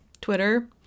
Twitter